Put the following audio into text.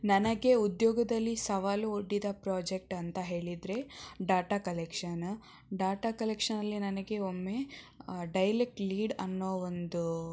ನನಗೆ ಉದ್ಯೋಗದಲ್ಲಿ ಸವಾಲು ಒಡ್ಡಿದ ಪ್ರೊಜೆಕ್ಟ್ ಅಂತ ಹೇಳಿದರೆ ಡಾಟಾ ಕಲೆಕ್ಷನ್ ಡಾಟಾ ಕಲೆಕ್ಷನಲ್ಲಿ ನನಗೆ ಒಮ್ಮೆ ಡೈಲೆಕ್ಟ್ ಲೀಡ್ ಅನ್ನೋ ಒಂದು